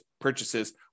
purchases